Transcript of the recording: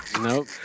Nope